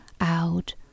Out